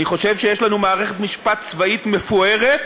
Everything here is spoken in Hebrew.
אני חושב שיש לנו מערכת משפט צבאית מפוארת,